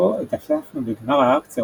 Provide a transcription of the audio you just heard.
"כשהתאספנו בגמר האקציה,